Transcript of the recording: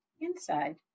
Inside